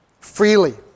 freely